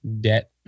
Debt